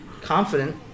confident